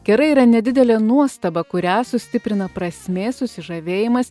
kerai yra nedidelė nuostaba kurią sustiprina prasmė susižavėjimas